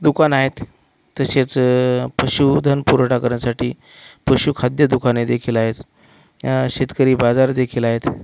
दुकानं आहेत तसेच पशुधन पुरवठा करायसाठी पशुखाद्य दुकानेदेखील आहेत या शेतकरी बाजारदेखील आहेत